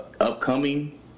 upcoming